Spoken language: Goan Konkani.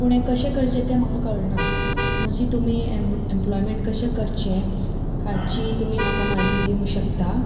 पूण हें कशें करचें तें म्हाका कळना मात्शी तुमी एम एम्प्लॉयमेंट कशें करचें हाची तुमी म्हाका म्हायती दिवंक शकता